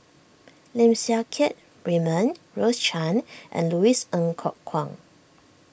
Lim Siang Keat Raymond Rose Chan and Louis Ng Kok Kwang